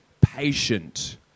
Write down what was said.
patient